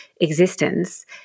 existence